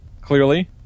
clearly